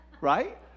right